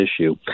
issue